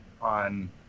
on